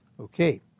Okay